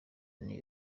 new